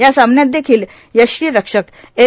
या सामन्यात देखील यष्टीरक्षक एम